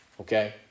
okay